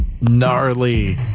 gnarly